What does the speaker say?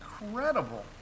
incredible